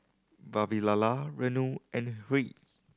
Vavilala Renu and Hri